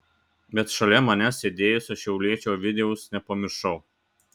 bet šalia manęs sėdėjusio šiauliečio ovidijaus nepamiršau